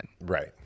Right